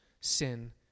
sin